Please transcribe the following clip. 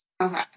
Okay